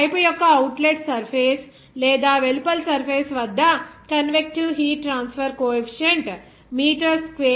ఇప్పుడు పైపు యొక్క అవుట్లెట్ సర్ఫేస్ లేదా వెలుపలి సర్ఫేస్ వద్ద convective heat transfer coefficient meter square K కి 2